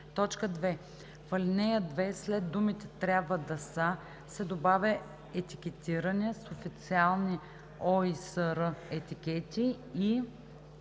2. В ал. 2 след думите „трябва да са“ се добавя „етикетирани с официални ОИСР етикети и“,